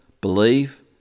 believe